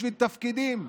בשביל תפקידים,